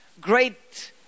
Great